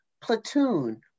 Platoon